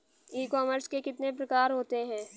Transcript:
ई commerce के कितने प्रकार होते हैं?